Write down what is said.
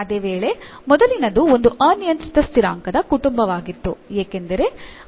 ಅದೇ ವೇಳೆ ಮೊದಲಿನದು ಒಂದು ಅನಿಯಂತ್ರಿತ ಸ್ಥಿರಾಂಕದ ಕುಟುಂಬವಾಗಿತ್ತು ಏಕೆಂದರೆ ಆ ಸಂದರ್ಭದಲ್ಲಿ ತ್ರಿಜ್ಯ ಮಾತ್ರ ಬದಲಾಗುತ್ತದೆ